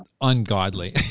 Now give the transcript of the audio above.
ungodly